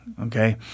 okay